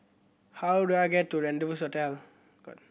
how do I get to Rendezvous Hotel